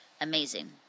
amazing